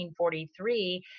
1943